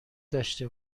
داشته